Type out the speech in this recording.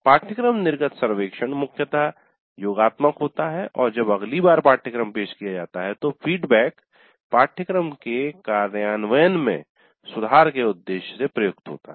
पाठ्यक्रम निर्गत सर्वेक्षण मुख्यतः योगात्मक होता है और जब अगली बार पाठ्यक्रम पेश किया जाता है तो फीडबैक पाठ्यक्रम के कार्यान्वयन में सुधार के उद्देश्य से प्रयुक्त होता है